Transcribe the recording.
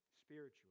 spiritually